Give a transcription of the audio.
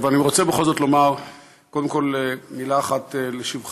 אבל אני רוצה בכל זאת לומר קודם כול מילה אחת לשבחך,